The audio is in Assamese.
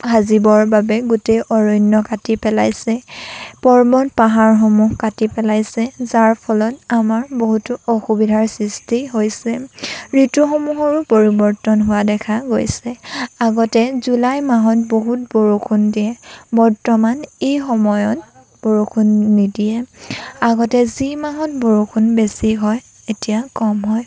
সাঁজিবৰ বাবে গোটেই অৰণ্য কাটি পেলাইছে পৰ্বত পাহাৰসমূহ কাটি পেলাইছে যাৰ ফলত আমাৰ বহুতো অসুবিধাৰ সৃষ্টি হৈছে ঋতুসমূহৰো পৰিৱৰ্তন হোৱা দেখা গৈছে আগতে জুলাই মাহত বহুত বৰষুণ দিয়ে বৰ্তমান এই সময়ত বৰষুণ নিদিয়ে আগতে যি মাহত বৰষুণ বেছি হয় এতিয়া কম হয়